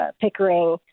Pickering